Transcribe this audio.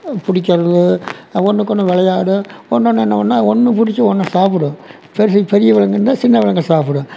பிடிக்கிறது ஒன்றுக்கு ஒன்று விளையாடும் ஒன்றொன்னு என்ன பண்ணும் ஒன்று பிடிச்சி ஒன்று சாப்பிடும் பெரிய விலங்கு வந்து சின்ன விலங்கை சாப்பிடும்